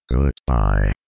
Goodbye